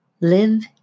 Live